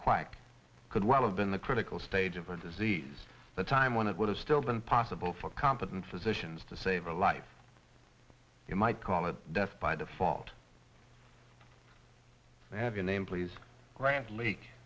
quack could well have been the critical stage of her disease the time when it would have still been possible for competent physicians to save a life you might call it death by default they have your name please grant lak